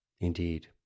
Indeed